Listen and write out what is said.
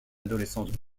adolescence